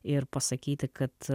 ir pasakyti kad